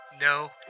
No